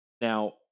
Now